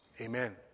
amen